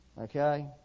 okay